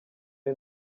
ari